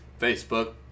Facebook